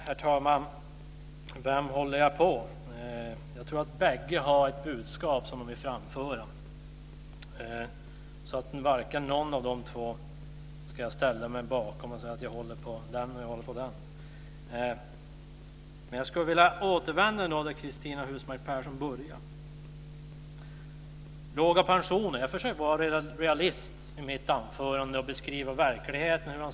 Herr talman! Ja, vem håller jag på? Jag tror att bägge har ett budskap som de vill framföra. Jag ska inte ställa mig bakom någon av de två och säga att jag håller på den eller på den. Jag skulle vilja återvända till det som Cristina Husmark Pehrsson började med. Det gäller låga pensioner. Jag försökte vara realist i mitt anförande och beskriva hur verkligheten ser ut.